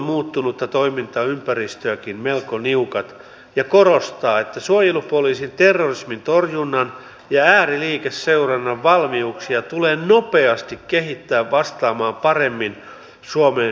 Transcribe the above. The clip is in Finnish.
selvityksen perusteella toimenpiteet alkoholin kaupallisen maahantuonnin hillitsemiseksi tuottavat myös tulosta ja pidän äärettömän tärkeänä että alkoholimyynnistä tulleet verotulot tulisivat myös suomeen